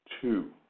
Two